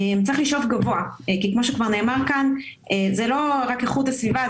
צריך לשאוף גבוה כי כפי שכבר נאמר כאן זה לא רק איכות הסביבה,